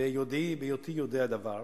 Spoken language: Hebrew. ביודעי, בהיותי יודע דבר,